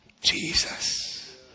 Jesus